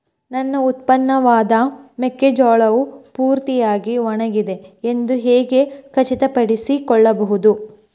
ನನ್ನ ಉತ್ಪನ್ನವಾದ ಮೆಕ್ಕೆಜೋಳವು ಪೂರ್ತಿಯಾಗಿ ಒಣಗಿದೆ ಎಂದು ಹೇಗೆ ಖಚಿತಪಡಿಸಿಕೊಳ್ಳಬಹುದು?